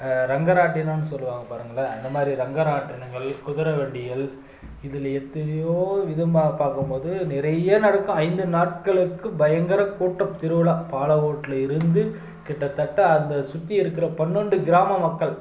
ரங்கராட்டினம்னு சொல்வாங்க பாருங்களேன் அது மாதிரி ரங்கராட்டினங்கள் குதிர வண்டிகள் இதில் எத்தனையோ விதமாக பார்க்கும்போது நிறைய நடக்கும் ஐந்து நாட்களுக்கு பயங்கர கூட்டம் திருவிழா பாலவூட்டில் இருந்து கிட்டத்தட்ட அங்கே சுற்றி இருக்குற பன்னெண்டு கிராம மக்கள்